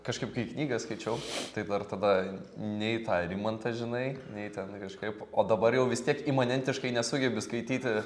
kažkaip kai knygą skaičiau tai dar tada nei tą rimantą žinai nei ten kažkaip o dabar jau vis tiek imanentiškai nesugebi skaityti